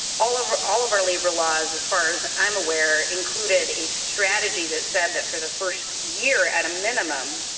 all of all of our labor laws as far as i'm aware included a strategy that said that for the first year at a minimum,